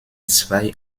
zwei